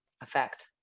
effect